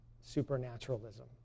supernaturalism